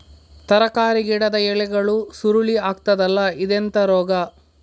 ತರಕಾರಿ ಗಿಡದ ಎಲೆಗಳು ಸುರುಳಿ ಆಗ್ತದಲ್ಲ, ಇದೆಂತ ರೋಗ?